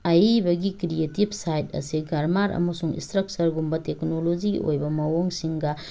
ꯑꯏꯕꯒꯤ creative side ꯑꯁꯦ grammar ꯑꯃꯁꯨꯡ ꯏꯁꯇ꯭ꯔꯛꯆꯔꯒꯨꯝꯕ ꯇꯦꯛꯀꯅꯣꯂꯣꯖꯤꯒꯤ ꯑꯣꯏꯕ ꯃꯑꯣꯡꯁꯤꯡꯒ